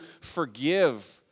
forgive